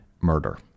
murder